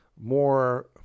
more